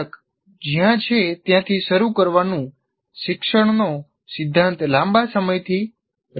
બાળક જ્યાં છે ત્યાંથી શરૂ કરવાનું શિક્ષણનો સિદ્ધાંત લાંબા સમયથી રહ્યો છે